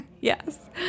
Yes